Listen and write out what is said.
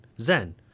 Zen